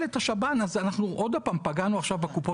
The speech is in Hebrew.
את השב"ן ועוד פעם פגענו בקופות חולים.